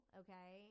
okay